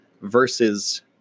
versus